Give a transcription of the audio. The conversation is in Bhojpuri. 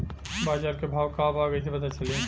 बाजार के भाव का बा कईसे पता चली?